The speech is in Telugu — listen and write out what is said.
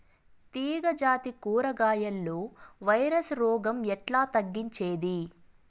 తీగ జాతి కూరగాయల్లో వైరస్ రోగం ఎట్లా తగ్గించేది?